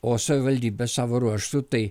o savivaldybė savo ruožtu tai